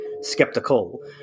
skeptical